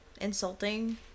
Insulting